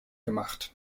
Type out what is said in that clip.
gemacht